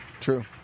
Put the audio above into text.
True